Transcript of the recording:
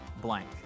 blank